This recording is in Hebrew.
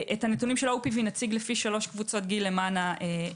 את הנתונים של ה-OPV נציג לפי 3 קבוצות גיל למען הנוחיות.